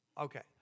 Okay